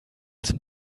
zum